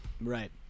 right